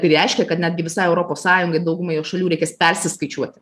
tai reiškia kad netgi visai europos sąjungai daugumai jos šalių reikės persiskaičiuoti